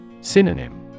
Synonym